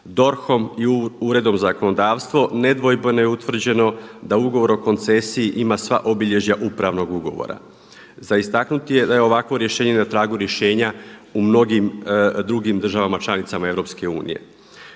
DORH-om i Uredom za zakonodavstvo nedvojbeno je utvrđeno da ugovor o koncesiji ima sva obilježja upravnog ugovora. Za istaknuti je da je ovakvo rješenje na tragu rješenja u mnogim drugim državama članicama EU.